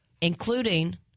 including